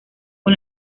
con